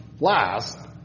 last